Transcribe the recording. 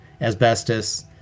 asbestos